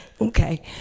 Okay